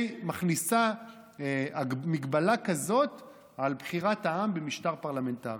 שמכניסה הגבלה כזאת על בחירת העם במשטר פרלמנטרי.